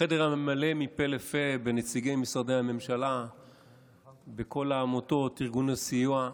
החדר היה מלא מפה לפה בנציגי משרדי הממשלה וכל העמותות וארגוני סיוע.